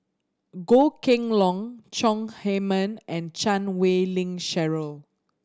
Goh Kheng Long Chong Heman and Chan Wei Ling Cheryl